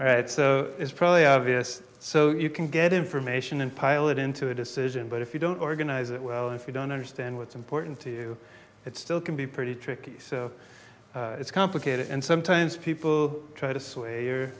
right so it's probably obvious so you can get information and pilot into a decision but if you don't organize it well if you don't understand what's important to you it still can be pretty tricky so it's complicated and sometimes people try to sway your